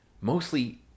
mostly